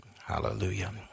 hallelujah